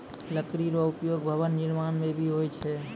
लकड़ी रो उपयोग भवन निर्माण म भी होय छै